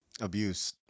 Abuse